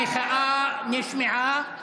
המחאה נשמעה.